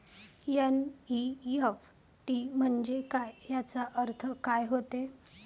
NEFT म्हंजे काय, त्याचा अर्थ काय होते?